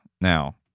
Now